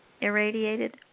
irradiated